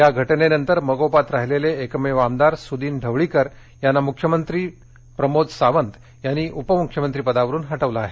या घटनेंतर मगोपात राहिलेले एकमेव आमदार सुदीन ढवळीकर यांना मुख्यमंत्री प्रमोद सावंत यांनी उपमुख्यमंत्रीपदावरून हटवलं आहे